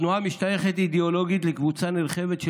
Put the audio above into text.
התנועה משתייכת אידיאולוגית לקבוצה נרחבת של